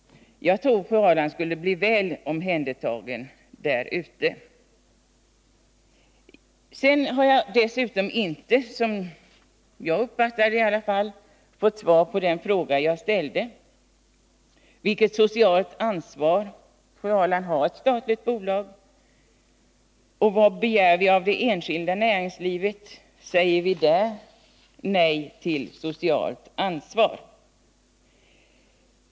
Jag tror att fru Ahrland skulle bli väl omhändertagen. Jag har inte, som jag uppfattar det, fått svar på den fråga jag ställde: Vilket socialt ansvar har ett statligt bolag? Vad begär vi av det enskilda näringslivet? Säger vi där nej till socialt ansvar?